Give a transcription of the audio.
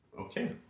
Okay